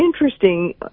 interesting